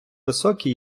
високі